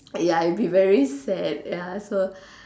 ya it'd be very sad ya so